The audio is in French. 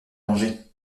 manger